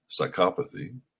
psychopathy